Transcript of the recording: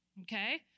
okay